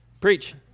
preach